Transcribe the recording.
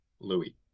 Louis